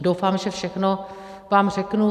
Doufám, že všechno vám řeknu.